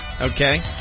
Okay